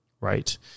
right